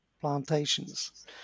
plantations